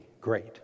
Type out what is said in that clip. great